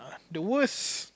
the worst